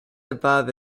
above